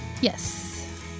Yes